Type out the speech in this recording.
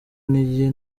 intege